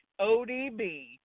ODB